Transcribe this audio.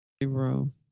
room